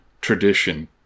tradition